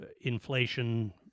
inflation